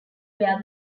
where